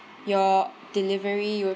your delivery you would